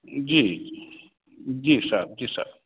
जी जी जी साहब जी सर